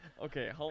Okay